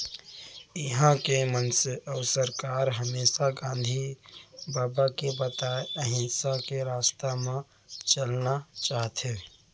इहॉं के मनसे अउ सरकार हमेसा गांधी बबा के बताए अहिंसा के रस्ता म चलना चाहथें